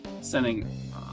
sending